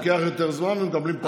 לוקח יותר זמן ומקבלים פחות.